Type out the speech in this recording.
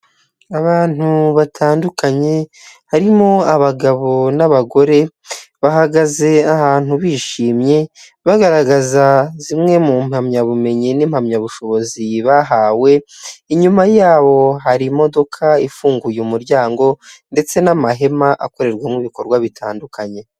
Abantu batandukanye, harimo abagabo n'abagore bahagaze ahantu bishimye, bagaragaza zimwe mu mpamyabumenyi n'impamyabushobozi bahawe, inyuma ya bo hari imodoka ifunguye umuryango, ndetse n'amahema akorerwamo ibikorwa bitandukanye.